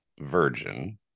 virgin